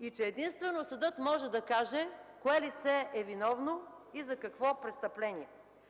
и единствено съдът може да каже кое лице е виновно и за какво престъпление.